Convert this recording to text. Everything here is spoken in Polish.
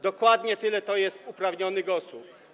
Dokładnie tyle jest uprawnionych osób.